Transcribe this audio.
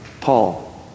Paul